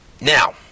Now